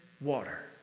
water